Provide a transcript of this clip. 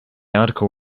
article